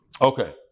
Okay